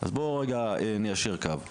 אז בואו ניישר קו רגע.